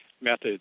methods